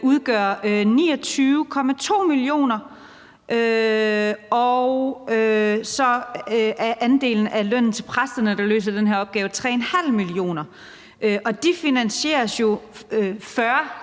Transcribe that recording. udgør 29,2 mio. kr., og så udgør lønnen til de præster, der løser den her opgave, 3,5 mio. kr., og de finansieres jo i